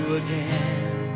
again